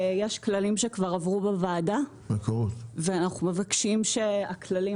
יש כללים שכבר עברו בוועדה ואנחנו מבקשים שהכללים